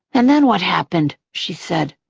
and then what happened? she said,